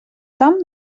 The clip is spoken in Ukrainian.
там